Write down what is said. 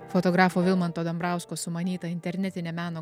fotografo vilmanto dambrausko sumanytą internetinę meno